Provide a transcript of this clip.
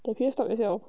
that period stop as well